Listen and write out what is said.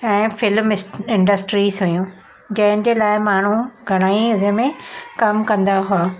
ऐं फिल्म इ इंडस्ट्रीज़ हुयूं जंहिंजे लाइ माण्हू घणाई इनमें कमु कंदा हुआ